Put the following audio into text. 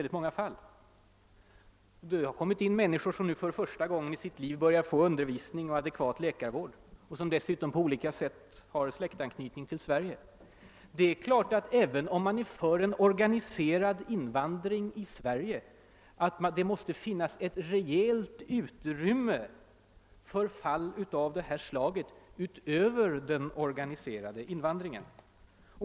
Det har kommit in människor i Sverige vilka nu för första gången i sitt liv börjat få undervisning och läkarvård och som dessutom på olika sätt har släktanknytning till vårt land. även om man vill se en organiserad invandring till Sverige också av zigenare måste man erkänna att det bör finnas ett rejält utrymme för fall av detta slag utöver den organiserade invandringen.